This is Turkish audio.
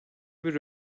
bir